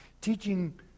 Teaching